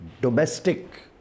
domestic